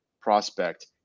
prospect